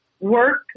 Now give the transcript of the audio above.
work